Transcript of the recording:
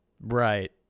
Right